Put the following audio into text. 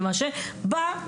למי ששאל,